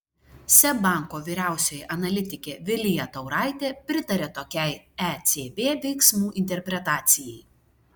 seb banko vyriausioji analitikė vilija tauraitė pritaria tokiai ecb veiksmų interpretacijai